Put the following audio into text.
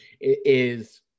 is-